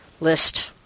list